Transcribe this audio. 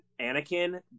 Anakin